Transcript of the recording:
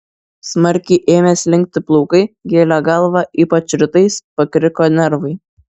smarkiai ėmė slinkti plaukai gėlė galvą ypač rytais pakriko nervai